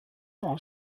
are